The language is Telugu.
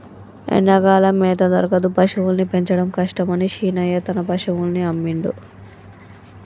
ఎండాకాలం మేత దొరకదు పశువుల్ని పెంచడం కష్టమని శీనయ్య తన పశువుల్ని అమ్మిండు